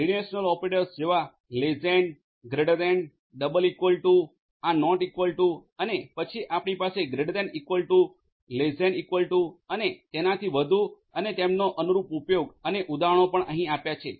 relational operators જેવા less than greater than double equal to આ not equal to અને પછી આપણી પાસે greater than equal to less than equal to અને તેનાથી વધુ અને તેમનો અનુરૂપ ઉપયોગ અને ઉદાહરણો પણ અહીં આપ્યા છે